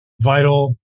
vital